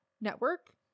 network